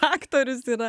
aktorius yra